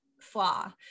flaw